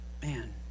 Man